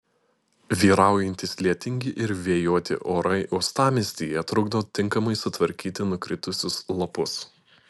vyraujantys lietingi ir vėjuoti orai uostamiestyje trukdo tinkamai sutvarkyti nukritusius lapus